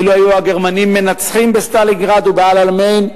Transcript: אילו ניצחו הגרמנים בסטלינגרד ובאל-עלמיין,